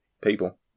people